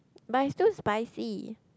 but it's too spicy